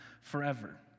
forever